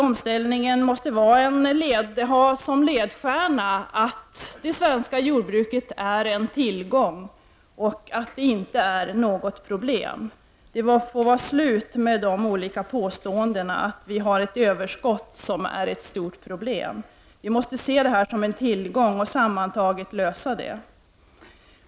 Omställningen måste ha som ledstjärna att det svenska jordbruket är en tillgång och inte ett problem. Det får vara slut med påståendena att vi har ett överskott som innebär stora bekymmer.